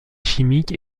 chimique